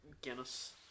Guinness